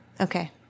Okay